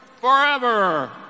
forever